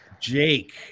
Jake